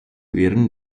ehren